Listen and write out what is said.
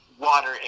water